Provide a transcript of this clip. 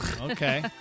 Okay